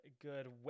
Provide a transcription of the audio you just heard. good